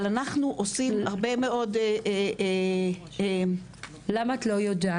אבל אנחנו עושים הרבה מאוד --- למה את לא יודעת?